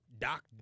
Doc